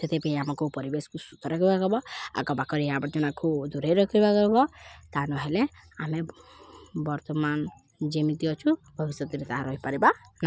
ସେଥିପାଇଁ ଆମକୁ ପରିବେଶକୁ ସୁସ୍ଥ ରଖିବାକୁ ହବ ଆଖ ପାଖରେ ଆବର୍ଜନାକୁ ଦୂରେଇ ରଖିବାକୁ ହେବ ତା ନହେଲେ ଆମେ ବର୍ତ୍ତମାନ ଯେମିତି ଅଛୁ ଭବିଷ୍ୟତରେ ତାହା ରହିପାରିବା ନା